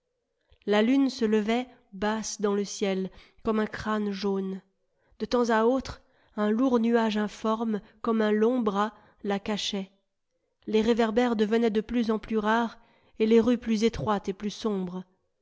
la lune se levait basse dans le ciel comme un crâne jaune de temps à autre un lourd nuage informe comme un long bras la cachait les réverbères devenaient de plus en plus rares et les rues plus étroites et plus sombres